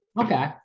Okay